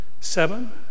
seven